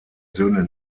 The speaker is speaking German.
söhne